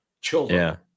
Children